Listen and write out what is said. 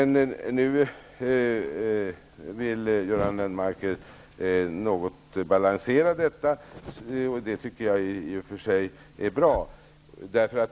Nu vill Göran Lennmarker balansera detta något, vilket jag i och för sig tycker är bra.